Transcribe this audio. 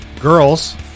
girls